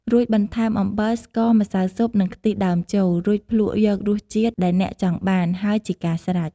រួចបន្ថែម អំបិល ស្ករ ម្សៅស៊ុបនិងខ្ទិះដើមចូល រួចភ្លក្សយករសជាតិដែលអ្នកចង់បាន ហើយជាការស្រេច។